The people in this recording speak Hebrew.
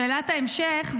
שאלת ההמשך,